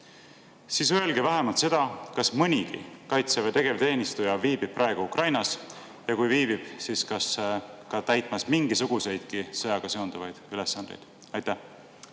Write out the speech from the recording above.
siis öelge vähemalt seda, kas mõnigi Kaitseväe tegevteenistuja viibib praegu Ukrainas, ja kui viibib, siis kas ka täitmas mingisuguseid sõjaga seonduvaid ülesandeid. Aitäh!